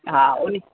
हा हुन